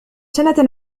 سنة